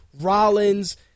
Rollins